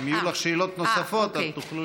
אם יהיו לך שאלות נוספות, תוכלי לשאול.